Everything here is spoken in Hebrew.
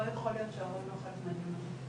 לא יכול להיות שההורים הם לא חלק מהדיון הזה.